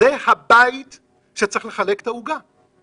ככה צריך לחלק את העוגה.